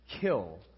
kill